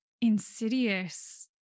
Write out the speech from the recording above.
insidious